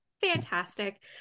fantastic